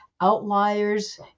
outliers